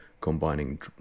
combining